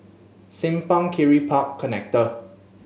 Simpang Kiri Park Connector